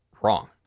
wrong